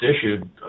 issued